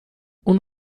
اون